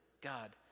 God